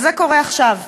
וזה קורה עכשיו,